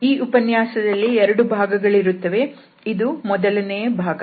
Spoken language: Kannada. ಈ ಉಪನ್ಯಾಸದಲ್ಲಿ ಎರಡು ಭಾಗಗಳಿರುತ್ತವೆ ಇದು ಮೊದಲನೆ ಭಾಗ